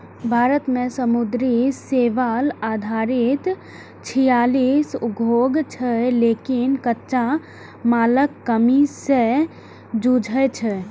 भारत मे समुद्री शैवाल आधारित छियालीस उद्योग छै, लेकिन कच्चा मालक कमी सं जूझै छै